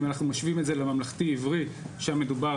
אם אנחנו משווים את זה לממלכתי עברי שם מדובר